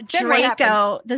Draco